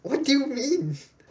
what do you mean